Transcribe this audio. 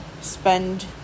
spend